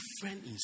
different